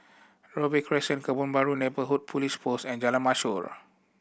Robey Crescent Kebun Baru Neighbourhood Police Post and Jalan Mashhor